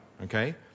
Okay